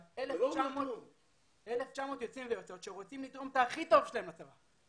1,900 יוצאים ויוצאות בשאלה שרוצים לתרום את הכי טוב שלהם לצבא.